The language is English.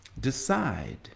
decide